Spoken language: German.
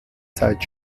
zeit